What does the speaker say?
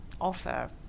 offer